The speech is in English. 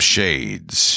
Shades